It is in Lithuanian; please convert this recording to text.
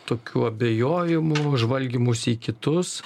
tokiu abejojimu žvalgymusi į kitus